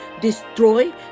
destroy